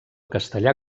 castellà